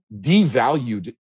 devalued